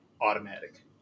automatic